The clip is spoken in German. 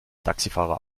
taxifahrer